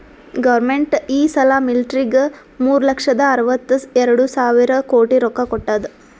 government ಈ ಸಲಾ ಮಿಲ್ಟ್ರಿಗ್ ಮೂರು ಲಕ್ಷದ ಅರ್ವತ ಎರಡು ಸಾವಿರ ಕೋಟಿ ರೊಕ್ಕಾ ಕೊಟ್ಟಾದ್